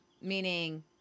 meaning